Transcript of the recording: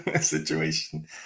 situation